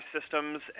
systems